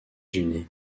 unis